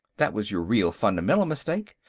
that was your real, fundamental, mistake.